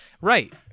Right